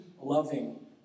loving